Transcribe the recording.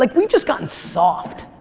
like we've just gotten soft.